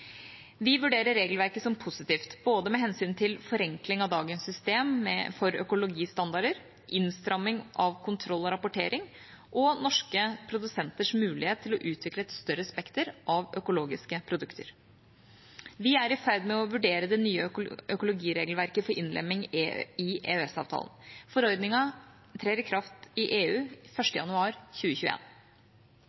Vi vurderer regelverket som positivt med hensyn til både forenkling av dagens system for økologistandarder, innstramming av kontroll og rapportering og norske produsenters mulighet til å utvikle et større spekter av økologiske produkter. Vi er i ferd med å vurdere det nye økologiregelverket for innlemming i EØS-avtalen. Forordningen trer i kraft i EU